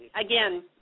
again